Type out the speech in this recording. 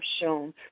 shown